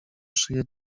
szyję